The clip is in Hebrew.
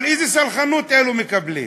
אבל איזו סלחנות אלו מקבלים.